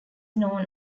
known